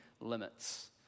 limits